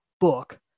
Book